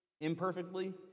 imperfectly